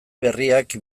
berriak